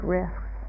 risks